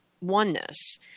oneness